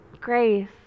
Grace